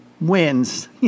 wins